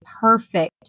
perfect